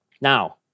Now